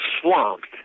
swamped